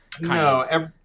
No